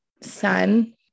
son